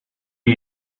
are